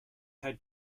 had